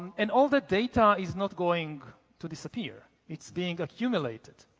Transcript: and all the data is not going to disappear. it's being accumulated.